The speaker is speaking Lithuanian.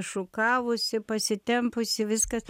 šukavusi pasitempusi viskas